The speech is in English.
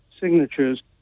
signatures